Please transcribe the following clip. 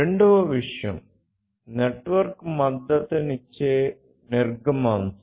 రెండవ విషయం నెట్వర్క్ మద్దతిచ్చే నిర్గమాంశ